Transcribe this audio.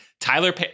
Tyler